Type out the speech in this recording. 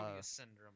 syndrome